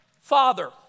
Father